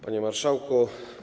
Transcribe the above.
Panie Marszałku!